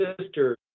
sister